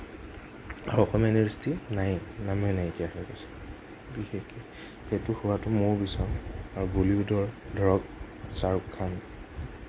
আৰু অসমীয়া ইণ্ডাষ্ট্ৰী নাইয়েই নামেই নাইকিয়া হৈ গৈছে বিশেষকৈ সেইটো হোৱাটো মইও বিচাৰোঁ আৰু বলীউডৰ ধৰক শ্বাহৰুখ খান